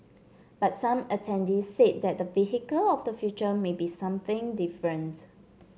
but some attendees said that the vehicle of the future may be something different